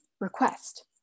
request